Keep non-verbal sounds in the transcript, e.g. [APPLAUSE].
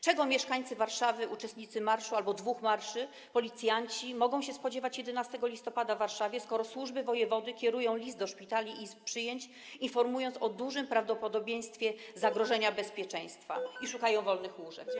Czego mieszkańcy Warszawy - uczestnicy marszu albo dwóch marszów - i policjanci mogą się spodziewać 11 listopada w Warszawie, skoro służby wojewody kierują list do szpitali i izb przyjęć, informując o dużym prawdopodobieństwie zagrożenia bezpieczeństwa [NOISE] i szukają wolnych łóżek?